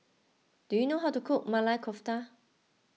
do you know how to cook Maili Kofta